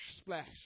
splash